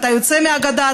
אתה יוצא מהגדה,